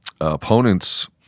opponents